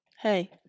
Hey